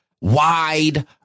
wide